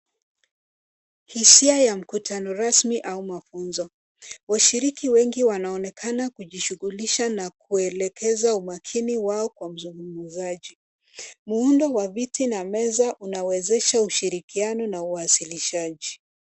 Hisia ya mkutano rasmi au mafunzo. Washiriki wengi wanaonekana kujishughulisha na kuelekeza umakini wao kwa mzungumzaji. Muundo wa viti na meza unawezesha ushirikiano na uwasilishaji.